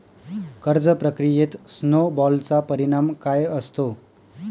कर्ज प्रक्रियेत स्नो बॉलचा परिणाम काय असतो?